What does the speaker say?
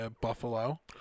Buffalo